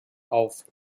auf